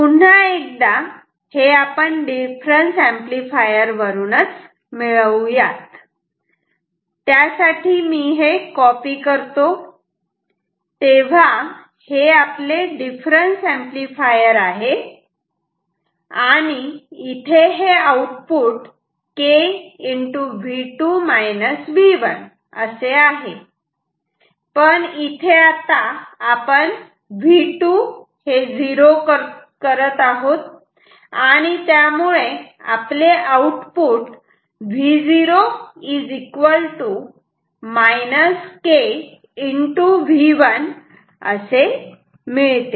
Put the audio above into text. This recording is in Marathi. पुन्हा एकदा हे आपण डिफरन्स ऍम्प्लिफायर वरून मिळवू यात त्यासाठी मी हे कॉपी करतो तेव्हा हे आपले डिफरन्स ऍम्प्लिफायर आहे आणि इथे हे आउटपुट K असे आहे पण आता V2 0 आहे आणि त्यामुळे आउटपुट V0 K V1 असे मिळते